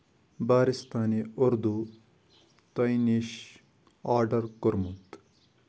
بارِستانہِ اردوٗ تۄہہِ نِش آرڈر کوٚرمُت